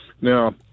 Now